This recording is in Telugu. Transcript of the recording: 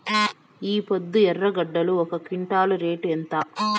ఈపొద్దు ఎర్రగడ్డలు ఒక క్వింటాలు రేటు ఎంత?